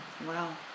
Wow